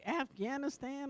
Afghanistan